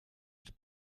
els